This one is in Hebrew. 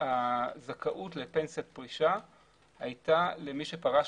הזכאות לפנסיית פרישה היתה למי שפרש